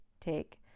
take